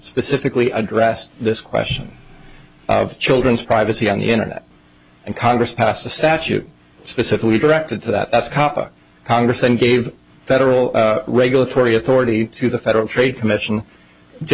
specifically addressed this question of children's privacy on the internet and congress passed a statute specifically directed to that congress then gave federal regulatory authority to the federal trade commission to